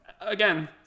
again